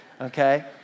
okay